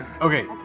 Okay